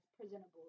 presentable